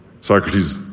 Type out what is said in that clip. Socrates